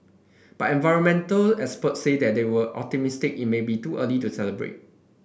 but environmental experts say that they were optimistic it may be too early to celebrate